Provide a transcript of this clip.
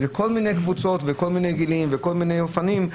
זה כול מיני קבוצות וכול מיני גילאים וכול מיני אופנים,